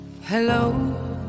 Hello